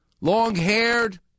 Long-haired